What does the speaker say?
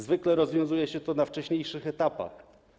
Zwykle rozwiązuje się to na wcześniejszych etapach.